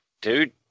dude